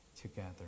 together